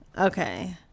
Okay